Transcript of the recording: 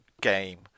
game